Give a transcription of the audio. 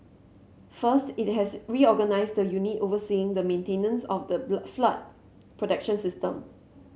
first it has reorganised the unit overseeing the maintenance of the blood flood protection system